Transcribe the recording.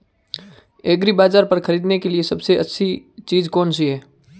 एग्रीबाज़ार पर खरीदने के लिए सबसे अच्छी चीज़ कौनसी है?